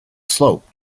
slope